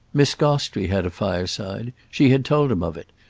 miss gostrey had a fireside she had told him of it,